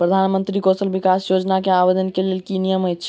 प्रधानमंत्री कौशल विकास योजना केँ आवेदन केँ लेल की नियम अछि?